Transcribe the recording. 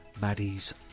Maddie's